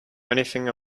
anything